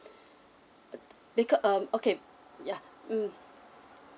uh because uh okay ya mm